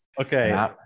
okay